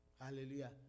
Hallelujah